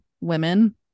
women